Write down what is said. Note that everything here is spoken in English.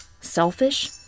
Selfish